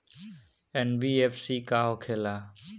NBFC का होंखे ला?